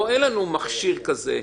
פה אין לנו מכשיר כזה.